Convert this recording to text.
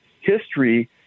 history